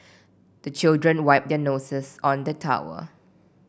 the children wipe their noses on the towel